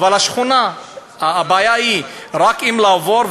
אבל הבעיה היא רק עם לעבור?